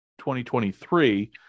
2023